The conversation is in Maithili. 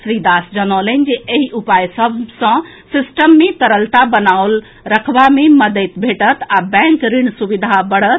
श्री दास जनौलनि जे एहि उपाय सभ सँ सिस्टम मे तरलता बनाओल रखबा मे मददि भेटत आ बैंक ऋण सुविधा बढ़त